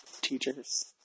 teachers